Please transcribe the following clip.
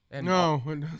No